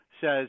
says